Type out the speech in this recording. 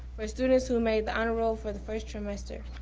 for students who made the honor roll for the first trimester.